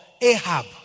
Ahab